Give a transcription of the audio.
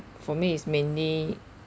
for me is mainly